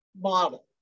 model